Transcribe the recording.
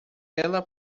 ela